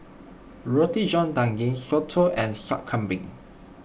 Roti John Daging Soto and Sup Kambing